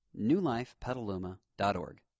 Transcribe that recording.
newlifepetaluma.org